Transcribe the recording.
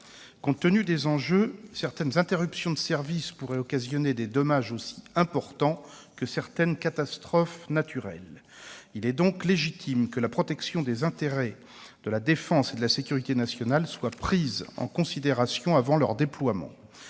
Compte tenu des enjeux, certaines interruptions de service pourraient causer des dommages aussi importants que certaines catastrophes naturelles. Il est donc légitime que la protection des intérêts de la défense et de la sécurité nationale soit prise en considération avant leur déploiement.